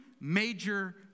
major